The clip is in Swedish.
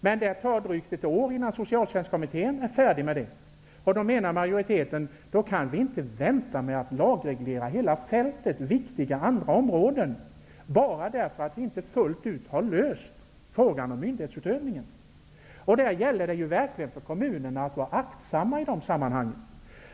Men det tar drygt ett år innan kommittén är färdig, och majoriteten menar då att man inte kan vänta med att lagreglera hela fältet och andra viktiga områden, bara därför att vi inte fullt ut har löst frågan om myndighetsutövningen. Det gäller verkligen för kommunerna att vara aktsamma i de sammanhangen.